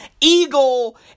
eagle